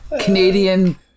canadian